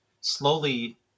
slowly